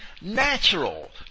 natural